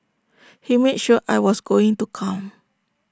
he made sure I was going to come